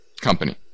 company